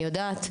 אני יודעת,